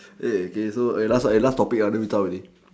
eh okay so eh last one last topic then we zao already